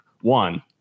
one